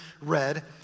read